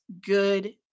good